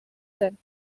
ten